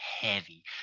heavy